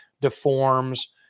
deforms